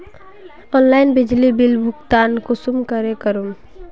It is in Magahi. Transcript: ऑनलाइन बिजली बिल भुगतान कुंसम करे करूम?